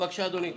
בבקשה אדוני.